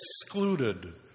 excluded